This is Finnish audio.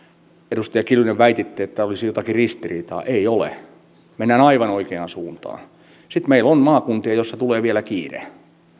edustaja kiljunen väititte että olisi jotakin ristiriitaa ei ole mennään aivan oikeaan suuntaan sitten meillä on maakuntia missä tulee vielä kiire